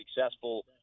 successful